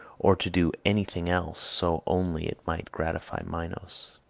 or to do anything else, so only it might gratify minos.